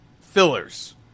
fillers